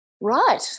Right